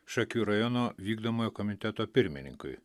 šakių rajono vykdomojo komiteto pirmininkui